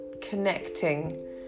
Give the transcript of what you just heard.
connecting